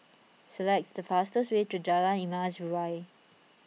select the fastest way to Jalan Emas Urai